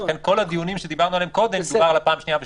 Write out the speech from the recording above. לכן כל הדיונים שדיברנו עליהם קודם הם על הפעם שנייה ושלישית.